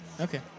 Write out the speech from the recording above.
Okay